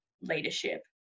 leadership